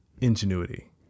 ingenuity